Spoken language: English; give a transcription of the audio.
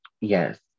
yes